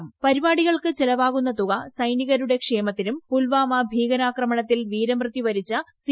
ഉദ്ഘാടന പരിപാടികൾക്ക് ചെലവാകുന്ന തുക സൈനികരുടെ ക്ഷേമത്തിനും പുൽവാമ ഭീകരാക്രമണത്തിൽ വിരമൃത്യു വരിച്ച സി